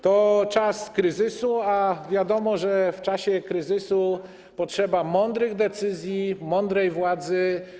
To czas kryzysu, a wiadomo, że w czasie kryzysu potrzeba mądrych decyzji, mądrej władzy.